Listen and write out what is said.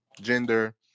gender